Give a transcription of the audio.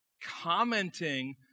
commenting